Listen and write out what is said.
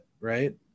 right